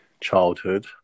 childhood